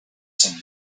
some